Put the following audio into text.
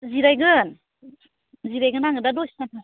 जिरायगोन जिरायगोन आङो दा दसे थानानै